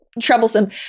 troublesome